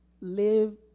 live